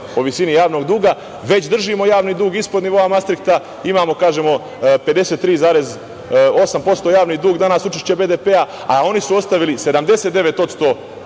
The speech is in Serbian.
o visini javnog duga, već držimo javni dug ispod nivoa mastrikta. Imamo, kažemo, 53,8% javni dug, danas učešće BDP, a oni su ostavili 79%